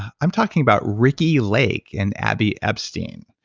i'm talking about ricki lake and abby epstein.